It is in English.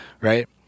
Right